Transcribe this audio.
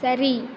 சரி